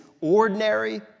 ordinary